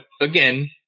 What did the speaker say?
again